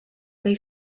they